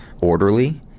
orderly